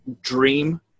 dream